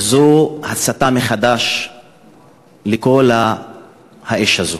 זו הצתה מחדש של האש הזאת.